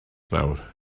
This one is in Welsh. nawr